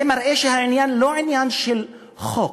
זה מראה שהעניין לא עניין של חוק,